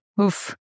Oof